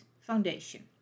Foundation